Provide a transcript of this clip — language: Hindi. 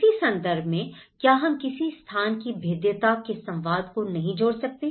इसी संदर्भ में क्या हम किसी स्थान की भेद्यता के संवाद को नहीं जोड़ सकते